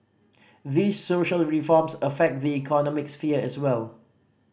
these social reforms affect the economic sphere as well